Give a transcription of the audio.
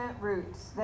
roots